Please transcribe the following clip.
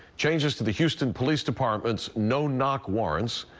changes to the houston police department's no-knock warrants.